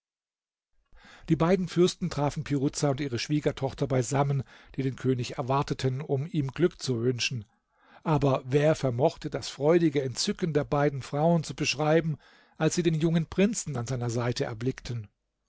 die beiden fürsten trafen piruza und ihre schwiegertochter beisammen die den könig erwarteten um ihm glück zu wünschen aber wer vermochte das freudige entzücken der beiden frauen zu beschreiben als sie den jungen prinzen an seiner seite erblickten